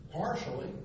partially